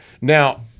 Now